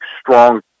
strong